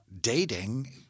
dating